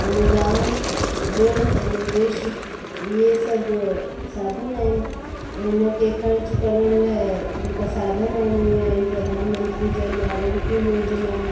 अनुदान ऋण ऐं निवेश इहे सभु साधन आहिनि इन खे ख़र्चु करण लाइ जेका साधन आहिनि उहे आहिनि प्रधानमंत्री जन आरोग्य योजना